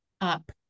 up